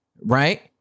Right